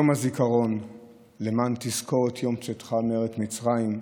יום הזיכרון "למען תזכר את יום צאתך מארץ מצרים",